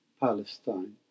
Palestine